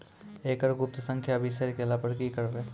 एकरऽ गुप्त संख्या बिसैर गेला पर की करवै?